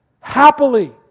happily